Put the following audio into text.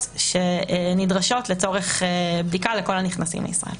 שנדרשות לצורך בדיקה לכל הנכנסים לישראל.